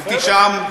הייתי שם,